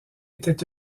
étaient